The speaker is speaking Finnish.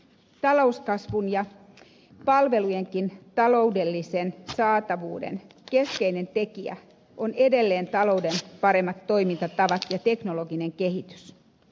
talouskasvun ja palvelujenkin taloudellisen saatavuuden keskeinen tekijä on edelleen talouden paremmat toimintatavat ja teknologinen kehitys